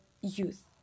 youth